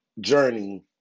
journey